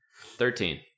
Thirteen